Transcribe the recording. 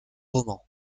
roman